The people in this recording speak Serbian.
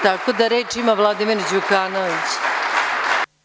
Tako da reč ima Vladimir Đukanović.